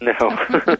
No